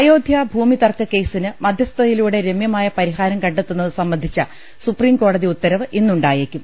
അയോദ്ധ്യാ ഭൂമി തർക്ക കേസിന് മധ്യസ്ഥതയിലൂടെ രമ്യമായ പരിഹാരം കണ്ടെത്തുന്നത് സംബന്ധിച്ച സുപ്രീം കോടതി ഉത്തരവ് ഇന്ന് ഉണ്ടായേക്കും